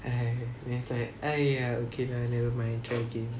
!hais! it's like !aiya! okay lah never mind try again